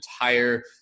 entire